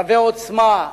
רבות עוצמה.